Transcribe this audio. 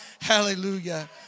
hallelujah